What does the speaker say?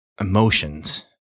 emotions